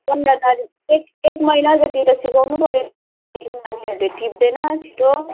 पन्ध्र तारिक एक एक महिना जति त सिकाउनुपऱ्यो फेरि नानीहरूले टिप्दैन छिटो